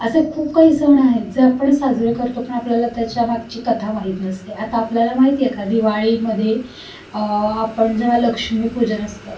असे खूप काही सण आहेत जे आपण साजरे करतो पण आपल्याला त्याच्यामागची कथा माहीत नसते आता आपल्याला माहिती आहे का दिवाळीमध्ये आपण जेव्हा लक्ष्मीपूजन असतं